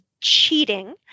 cheating